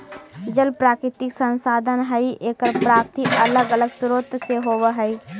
जल प्राकृतिक संसाधन हई एकर प्राप्ति अलग अलग स्रोत से होवऽ हई